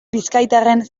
bizkaitarren